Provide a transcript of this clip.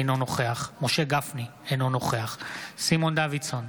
אינו נוכח משה גפני, אינו נוכח סימון דוידסון,